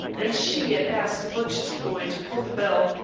and she ad asked a butcher's boy to pull the bell,